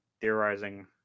theorizing